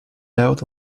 out